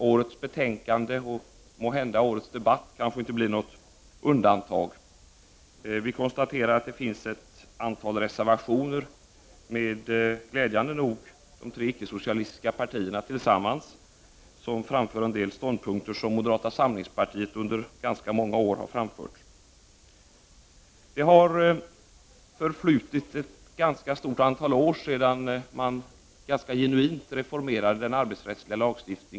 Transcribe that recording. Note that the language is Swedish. Årets betänkande, och måhända även årets debatt, blir kanske inte något undantag. Det finns, glädjande nog, ett antal reservationer, där de tre icke-socialistiska partierna framför en del gemensamma ståndpunkter som vi i moderata samlingspartiet under ganska många år har betonat. Det har förflutit rätt många år sedan man ganska genuint reformerade den arbetsrättsliga lagstiftningen.